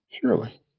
Surely